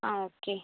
ആ ഓക്കെ